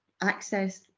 access